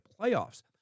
playoffs